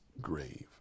grave